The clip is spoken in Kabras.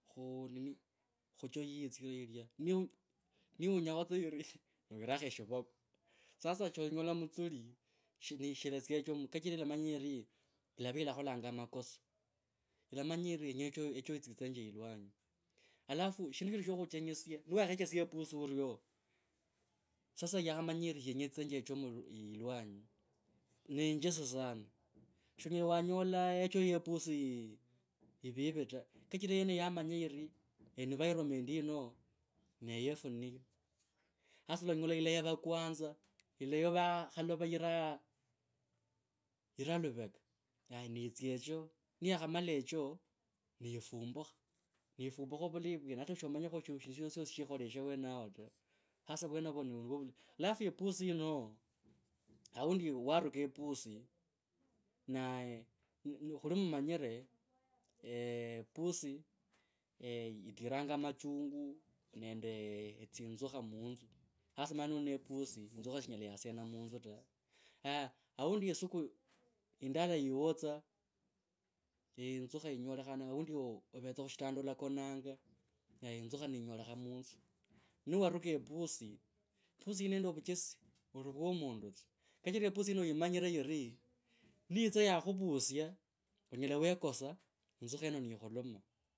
Khu nini khu choo ye yinzu yirya, niunyakho tsa yiri, niwirakho shivoko, sasa shanyola mutsuli, shini shilatsia e choo, kachira ilamanya yiri ilava ilakholanga makoso, ilamanya yivi echoo yitsitsenge yilwanyi. Alafu shindu shindi shakhuchenyesya, niwakhechesya e pussy orio sasa yakhamanya kenya itsitsenje e choo yilwanyi ne injesi sana. Shonyela wanyola e choo ye pussy hivi hivi ta kachira yene yamanya yiri environment yino ne yefu niyo. Hasa alanyola ilayeva kwanza, ilayeva khalava ire yaa, iree aluveka, nitsia echoo niyokhamala echoo neifumbukha, neifumbukha vulayi vwene hata shomanyakho, shosishosi shikholeshe awenao ta. Hasa vwenovo ni vwo. Alafu e pussy yino aundi yiwe waruka e pussy na khuli mumanyire eeh, pussy itiranga machungu nende tsingukha munzu, sasa omanye noli ne pussy inzukha shanyela yasena munzuta. Aundi e suku yindala yiwo tsa einzukha inyolekhane oundi ove tsa khushitanda alakonanga ne inzukha yinyolekhana munzu, niwaruka pussy, pussy yi nende vuchesi ori uwa mundu, kachira e pussy yino yimanyire yiri, niyitsa yakhuvusya, onyela wekosa yinzukha yino ni ikhuma.